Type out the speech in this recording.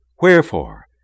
Wherefore